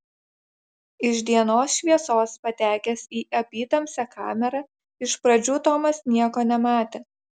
iš dienos šviesos patekęs į apytamsę kamerą iš pradžių tomas nieko nematė